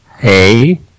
hey